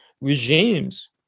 regimes